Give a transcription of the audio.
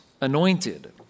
anointed